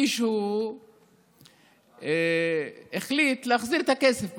מישהו החליט להחזיר את הכסף פשוט.